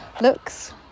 looks